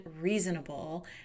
reasonable